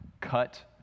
cut